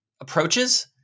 approaches